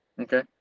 Okay